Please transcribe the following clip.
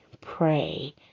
Pray